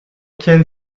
can